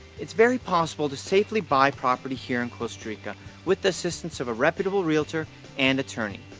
it's very possible to safely buy property here in costa rica with the assistance of a reputable realtor and attorney.